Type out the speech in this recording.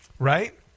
Right